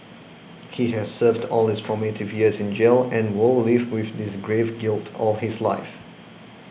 he has served all his formative years in jail and will live with this grave guilt all his life